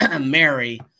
Mary